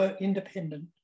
independent